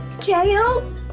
Jail